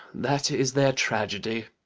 that is their tragedy.